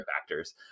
factors